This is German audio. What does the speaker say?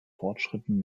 fortschritten